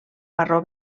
marró